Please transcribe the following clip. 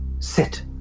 Sit